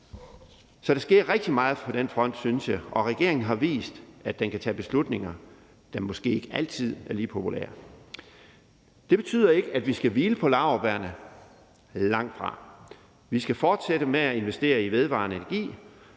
Så der sker rigtig meget på den front, synes jeg. Og regeringen har vist, at den kan tage beslutninger, der måske ikke altid er lige populære. Det betyder ikke, at vi skal hvile på laurbærrene – langtfra. Vi skal fortsætte med at investere i vedvarende energi,